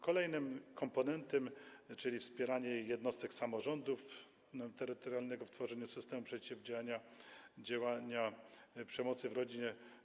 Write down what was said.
Kolejny komponent to „Wspieranie jednostek samorządu terytorialnego w tworzeniu systemu przeciwdziałania przemocy w rodzinie”